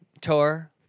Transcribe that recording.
tour